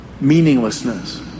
meaninglessness